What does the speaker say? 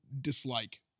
dislike